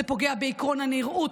זה פוגע בעקרון הנראות,